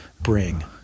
bring